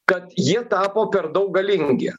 kad jie tapo per daug galingi